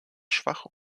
schwach